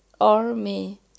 army